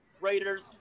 Raiders